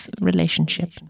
relationship